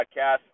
Podcast